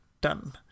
done